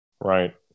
Right